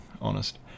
honest